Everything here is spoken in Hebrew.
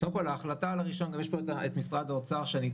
קודם כל ההחלטה על הרשיון יש פה את משרד האוצר שאני,